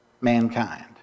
mankind